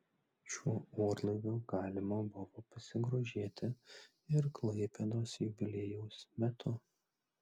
šiuo orlaiviu galima buvo pasigrožėti ir klaipėdos jubiliejaus metu